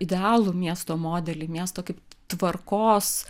idealų miesto modelį miesto kaip tvarkos